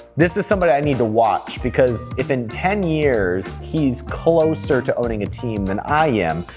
this is somebody i need to watch, because if in ten years he's closer to owning a team than i am,